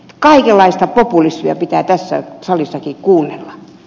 kaikenlaista populismia pitää tässäkin salissa kuunnella